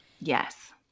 Yes